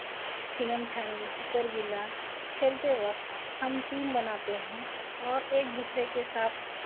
چھینم چھانی چکر بیلاں کھیلتے وقت ہم ٹیم بناتے ہیں اور ایک دوسرے کے سات